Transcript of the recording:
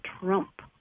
Trump